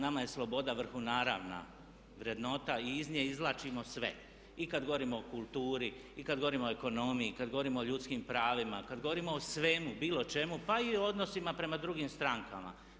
Nama je sloboda vrhunaravna vrednota i iz nje izvlačimo sve i kada govorimo o kulturi i kada govorimo o ekonomiji i kada govorimo o ljudskim pravima, kada govorimo o svemu, bilo čemu pa i o odnosima prema drugim strankama.